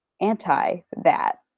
anti-that